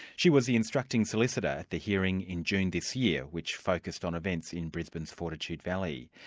she was the instructing solicitor at the hearing in june this year, which focused on events in brisbane's fortitude valley.